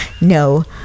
No